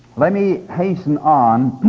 let me hasten on